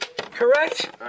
Correct